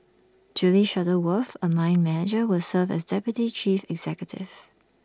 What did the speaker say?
Julie Shuttleworth A mine manager will serve as deputy chief executive